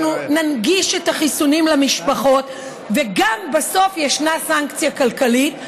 אנחנו ננגיש את החיסונים למשפחות וגם בסוף יש סנקציה כלכלית.